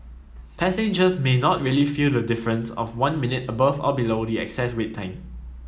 passengers may not really feel the difference of one minute above or below the excess wait time